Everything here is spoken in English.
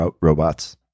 robots